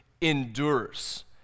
endures